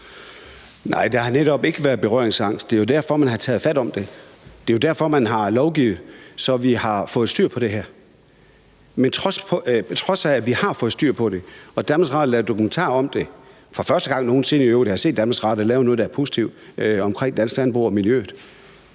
(KF): Der har netop ikke været berøringsangst. Det er jo derfor, at man har taget fat om det. Det er derfor, at man har lovgivet, så vi har fået styr på det her. Men man har en anden opfattelse på trods af, at vi har fået styr på det. Danmarks Radio har lavet en dokumentar om det. Det er i øvrigt første gang nogen sinde, at jeg har set Danmarks Radio lave noget, der er positivt, omkring dansk landbrug og miljøet.